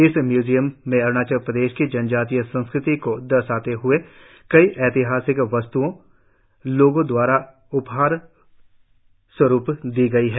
इस म्यूमियम में अरुणाचल प्रदेश की जनजातीय संस्कृति को दर्शाते ह्ए कई ऐतिहासिक वस्त्एं लोगों द्वारा उपहार स्वरुप दी गई है